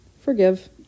Forgive